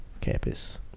campus